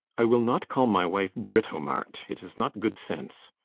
i will not call my wife britomart it is not good sense.